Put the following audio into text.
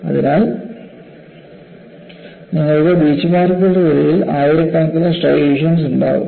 അതിനാൽ നിങ്ങൾക്ക് ബീച്ച്മാർക്കുകൾക്കിടയിൽ ആയിരക്കണക്കിന് സ്ട്രൈയേഷൻസ് ഉണ്ടാകും